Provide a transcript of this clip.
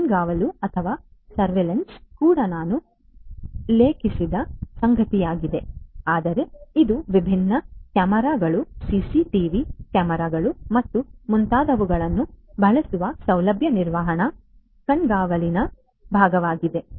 ಕಣ್ಗಾವಲು ಕೂಡ ನಾನು ಉಲ್ಲೇಖಿಸದ ಸಂಗತಿಯಾಗಿದೆ ಆದರೆ ಇದು ವಿಭಿನ್ನ ಕ್ಯಾಮೆರಾಗಳು ಸಿಸಿಟಿವಿ ಕ್ಯಾಮೆರಾಗಳು ಮತ್ತು ಮುಂತಾದವುಗಳನ್ನು ಬಳಸುವ ಸೌಲಭ್ಯ ನಿರ್ವಹಣಾ ಕಣ್ಗಾವಲಿನ ಭಾಗವಾಗಿದೆ